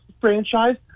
franchise